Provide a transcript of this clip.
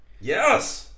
yes